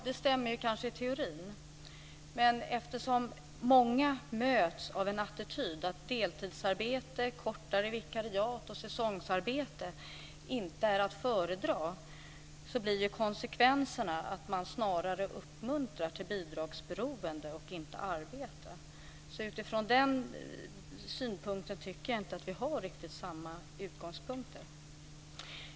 Det stämmer kanske i teorin, men eftersom många möts av attityden att deltidsarbete, kortare vikariat och säsongsarbete inte är att föredra blir konsekvenserna snarare att man uppmuntrar till bidragsberoende och inte till arbete. Utifrån den synpunkten tycker jag inte att vi har riktigt samma utgångspunkter.